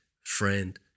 friend